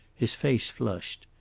his face flushed.